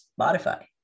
Spotify